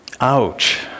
Ouch